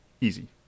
easy